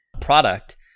product